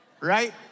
right